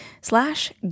slash